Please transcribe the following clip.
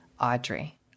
Audrey